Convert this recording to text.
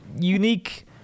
unique